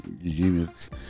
units